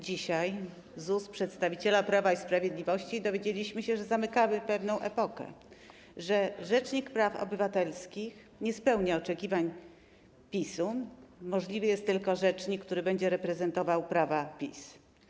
Dzisiaj z ust przedstawiciela Prawa i Sprawiedliwości dowiedzieliśmy się, że zamykamy pewną epokę, że rzecznik praw obywatelskich nie spełnia oczekiwań PiS, możliwy jest tylko rzecznik, który będzie reprezentował prawa PiS.